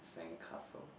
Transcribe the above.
sandcastle